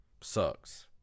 sucks